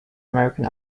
american